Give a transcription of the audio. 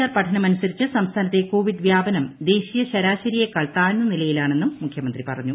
R പഠനമനുസരിച്ച് സംസ്ഥാനത്തെ covid വ്യാപനം ദേശീയ ശരാശരിയെക്കാൾ താഴ്ന്ന നിലയിലാണെന്നും മുഖ്യമന്ത്രി പറഞ്ഞു